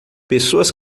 pessoas